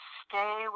stay